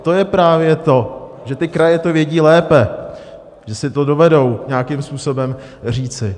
To je právě to, že kraje to vědí lépe, že si to dovedou nějakým způsobem říci.